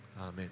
Amen